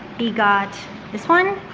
he got this one.